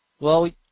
well we,